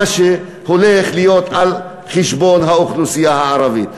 מה שהולך להיות על חשבון האוכלוסייה הערבית.